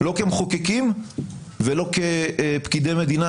לא כמחוקקים ולא כפקידי מדינה.